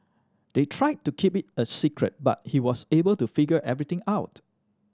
they tried to keep it a secret but he was able to figure everything out